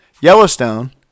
Yellowstone